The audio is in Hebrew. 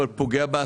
אבל גם בעסקים,